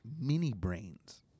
mini-brains